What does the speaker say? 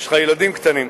יש לך ילדים קטנים,